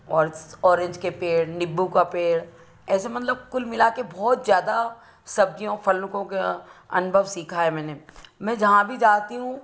और ओरेंज के पेड़ निम्बू का पेड़ ऐसे मतलब कुल मिलाकर बहुत ज़्यादा सब्ज़ियों फलों कों अनुभव सीखा है मैंने मैं जहाँ भी जाती हूँ